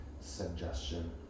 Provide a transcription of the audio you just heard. suggestion